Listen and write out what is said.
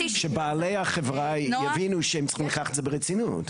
שבעלי החברה יבינו שהם צריכים לקחת את זה ברצינות.